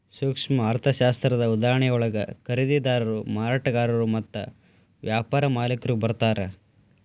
ಸೂಕ್ಷ್ಮ ಅರ್ಥಶಾಸ್ತ್ರದ ಉದಾಹರಣೆಯೊಳಗ ಖರೇದಿದಾರರು ಮಾರಾಟಗಾರರು ಮತ್ತ ವ್ಯಾಪಾರ ಮಾಲಿಕ್ರು ಬರ್ತಾರಾ